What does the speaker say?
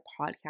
podcast